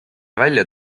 välja